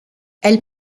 elle